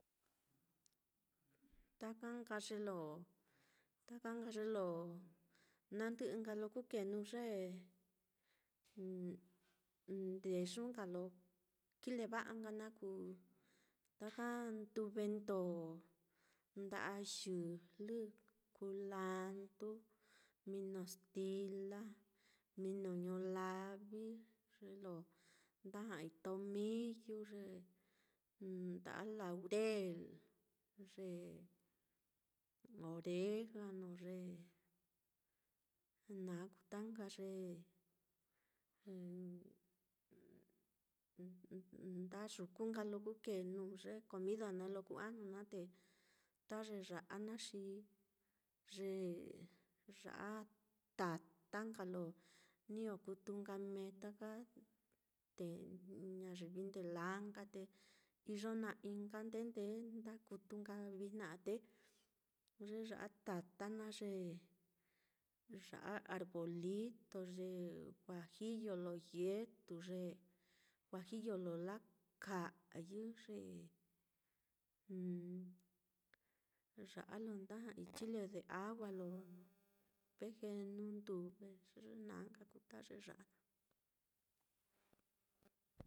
taka nka ye lo ta ka nka ye lo nandɨ'ɨ lo kukēē nuu ye ndeyu nka lo kileva'a nka naá kuu taka nduvendo, nda'a yɨjlɨ, kulanduu, mino stila, mino ñulavi, ye lo nda ja'ai tomiyu, ye nda'a laurel. ye oregano, ye naá kuu ta nka ye ndayuku nka lo kukēē nuu ye comida naá, lo kuu ajnu naá, te ta ye ya'a naá xi ye ya'a tata nka lo niño kutu nka mee ta te, yivi nde laa nka, te iyo na'i nka nde-ndee nda kutu vijna nka á, te ye ya'a tata naá ye ya'a arbolito, ye juajillo lo yetu, ye juajilo lo lakayɨ, ye ya'a lo nda ja'ai chile de agua lo ve u nduve, ye naá nka kuu ta ye ya'a naá